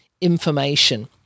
information